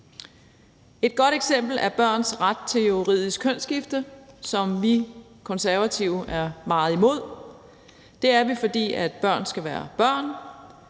Et godt eksempel er børns ret til juridisk kønsskifte, hvilket vi Konservative er meget imod. Det er vi, fordi børn skal være børn.